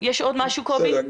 אני